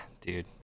dude